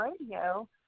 radio